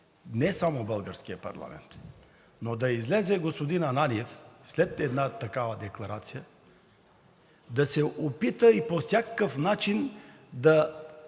не само в българския парламент. Но да излезе господин Ананиев след една такава декларация, да се опита и по всякакъв начин да